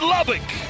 Lubbock